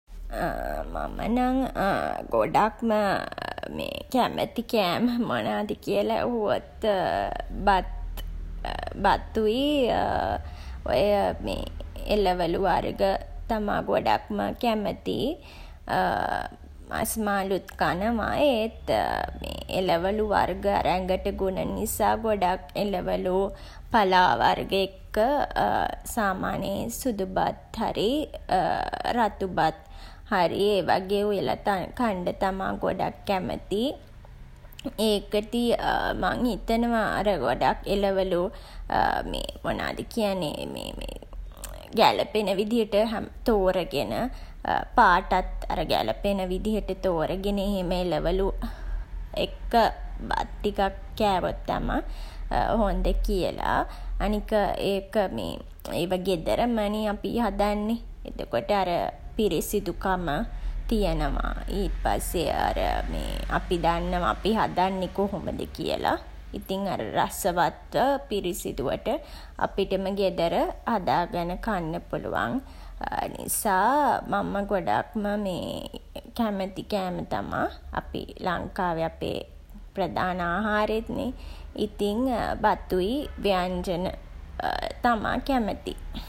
මම නම් ගොඩක්ම කැමති කෑම මොනාද කියලා ඇහුවොත් බත් බතුයි ඔය මේ එළවලු වර්ග තමා ගොඩක්ම කැමති. මස් මාළුත් කනවා. ඒත් එළවලු වර්ග ඇඟට ගුණ නිසා ගොඩක් එළවලු, පලා වර්ග එක්ක සාමාන්‍යයෙන් සුදු බත් හරි රතු බත් හරි ඒ වගේ උයලා කන්ඩ තමා ගොඩක් කැමති. ඒකෙදි මං හිතනවා අර ගොඩක් එළවලු මොනවද කියන්නේ ගැළපෙන විදිහට තෝරගෙන පාටත් අර ගැළපෙන විදිහට තෝරගෙන එහෙම එළවලු එක්ක බත් ටිකක් කෑවොත් තමා හොඳ කියලා. අනික ඒක ඒවා ගෙදරම නේ අපි හදන්නේ. එතකොට අර පිරිසිදුකම තියෙනවා. ඊට පස්සේ අර අපි දන්නවා අපි හදන්නේ කොහොමද කියලා. ඉතින් අර රසවත්ව, පිරිසිදුවට අපිටම ගෙදර හදාගෙන කන්න පුළුවන්. ඒ නිසා මම ගොඩක්ම කැමති කෑම තමා අපේ ලංකාවේ අපේ ප්‍රධාන ආහාරෙත් නේ. ඉතින් බතුයි, ව්‍යාංජන තමා කැමති.